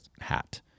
hat